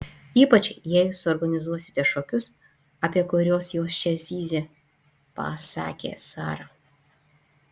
ypač jei suorganizuosite šokius apie kuriuos jos čia zyzė pasakė sara